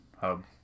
Hub